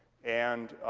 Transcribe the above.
and